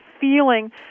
feeling